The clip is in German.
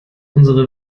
unsere